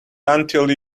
until